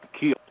killed